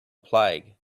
plague